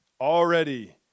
already